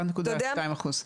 אחד נקודה שתיים אחוז.